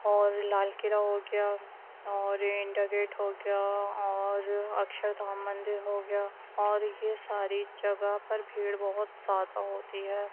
اور لال قلعہ ہو گیا اور انڈیا گیٹ ہو گیا اور اکچھردھام مندر ہو گیا اور یہ ساری جگہ پر بھیڑ بہت زیادہ ہوتی ہے